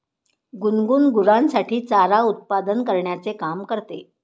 गुनगुन गुरांसाठी चारा उत्पादन करण्याचे काम करते